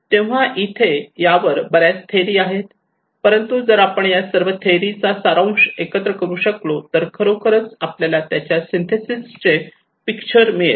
तेव्हा इथे यावर बऱ्याच थेरी आहेत परंतु जर आपण या सर्व थेरी चा सारांश एकत्र करू शकलो तर खरोखर आपल्याला याच्या सिंथेसिस चे हे पिक्चर मिळेल